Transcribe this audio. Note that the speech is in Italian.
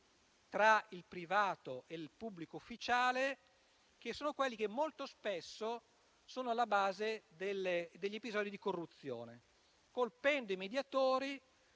tra il privato e il pubblico ufficiale, che molto spesso sono alla base degli episodi di corruzione. Colpendo i mediatori,